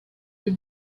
you